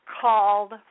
called